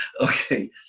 Okay